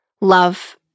love